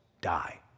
die